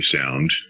sound